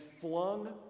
flung